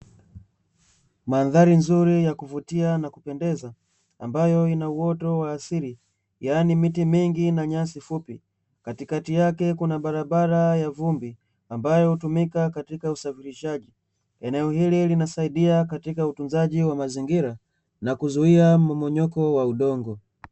Mandhari nzuri ya kuvutia na kupendeza, ambayo ina uoto wa asili, yaani miti mingi na nyasi fupi. Katikati yake kuna barabara ya vumbi ambayo hutumika katika usafirishaji. Eneo hili linasaidia katika utunzaji wa mazingira na kuzuia mmomonyoko wa udongo.